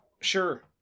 Sure